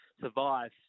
survive